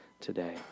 today